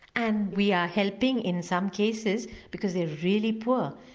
and we are helping in some cases because they are really poor,